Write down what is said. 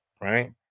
right